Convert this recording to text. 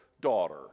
daughter